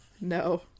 No